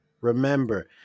remember